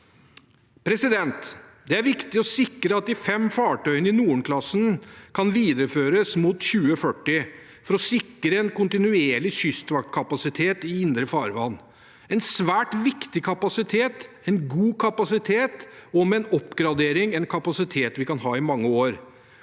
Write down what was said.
diskusjon. Det er viktig å sikre at de fem fartøyene i Nornenklassen kan videreføres mot 2040 for å sikre en kontinuerlig kystvaktkapasitet i indre farvann. Det er en svært viktig kapasitet, en god kapasitet, og, med en oppgradering, en kapasitet vi kan ha i mange år.